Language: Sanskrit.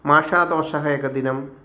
माशातोशः एकदिनम्